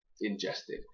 ingested